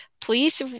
please